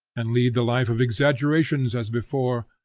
and lead the life of exaggerations as before,